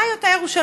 מהי אותה ירושלים?